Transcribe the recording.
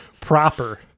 proper